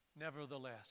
Nevertheless